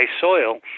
soil